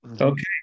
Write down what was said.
Okay